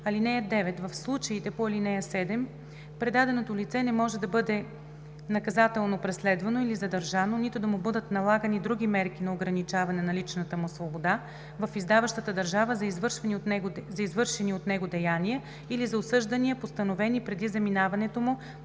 (9) В случаите по ал. 7 предаденото лице не може да бъде наказателно преследвано или задържано, нито да му бъдат налагани други мерки за ограничаване на личната му свобода в издаващата държава за извършени от него деяния или за осъждания, постановени преди заминаването му